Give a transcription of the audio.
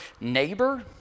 neighbor